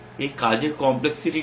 এই কাজের কমপ্লেক্সিটি কি